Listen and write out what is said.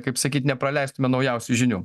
kaip sakyt nepraleistume naujausių žinių